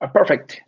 perfect